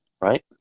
right